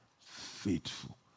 faithful